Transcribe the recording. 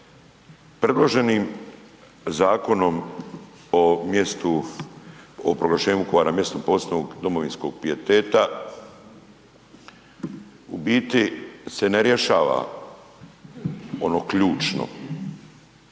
Predloženim zakonom o mjestu, o proglašenju Vukovara mjestom posebnog domovinskog pijeteta u biti se ne rješava ono ključno,